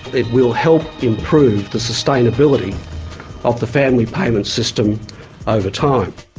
it will help improve the sustainability of the family payments system over time.